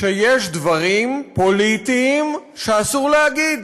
שיש דברים פוליטיים שאסור להגיד,